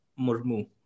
Murmu